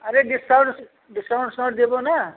अरे discount discount उस्काउंट देबो ना